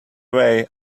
way